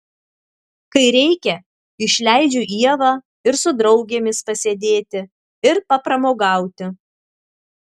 kai reikia išleidžiu ievą ir su draugėmis pasėdėti ir papramogauti